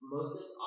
Moses